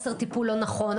טיפול לא נכון,